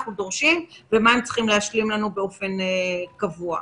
דורשים ומה הם צריכים להשלים לנו באופן קבוע.